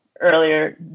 earlier